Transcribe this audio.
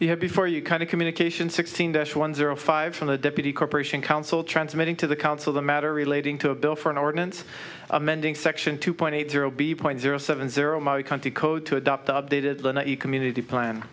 have before you kind of communication sixteen dash one zero five from the deputy corporation counsel transmitting to the council the matter relating to a bill for an ordinance amending section two point eight zero point zero seven zero my country code to adopt updated than a community plan